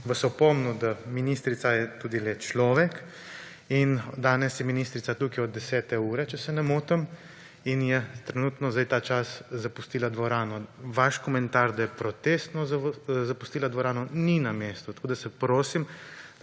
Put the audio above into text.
vas opomnil, da ministrica je tudi le človek in danes je ministrica tukaj od 10. ure, če se ne motim, in je trenutno zdaj ta čas zapustila dvorano. Vaš komentar, da je protestno zapustila dvorano, ni na mestu. Tako prosim,